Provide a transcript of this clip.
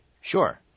Sure